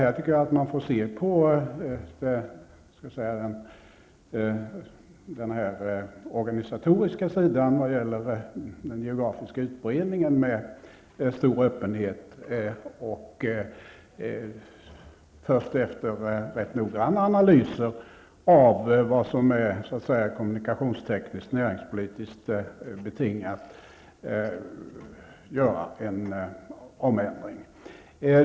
Jag tycker att man får se på den här organisatoriska sidan, vad gäller den geografiska utbredningen, med stor öppenhet och först efter rätt noggranna analyser av vad som är kommunikationstekniskt och näringspolitiskt betingat göra en ändring.